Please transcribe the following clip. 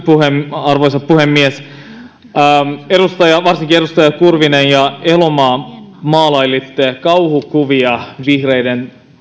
arvoisa puhemies varsinkin edustajat kurvinen ja elomaa maalailitte kauhukuvia vihreiden